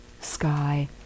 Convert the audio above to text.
sky